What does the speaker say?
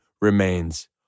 remains